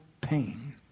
pain